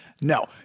No